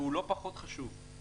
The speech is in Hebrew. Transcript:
והוא לא פחות חשוב.